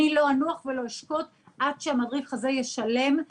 אני לא אנוח ולא אשקוט עד שהמדריך הזה ישלם ולא רק הוא ישלם.